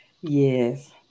Yes